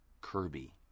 Kirby